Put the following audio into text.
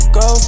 go